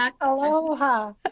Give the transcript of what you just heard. Aloha